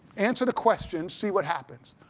answer the questions, see what happens.